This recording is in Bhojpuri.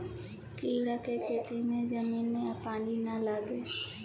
कीड़ा के खेती में जमीन आ पानी ना लागे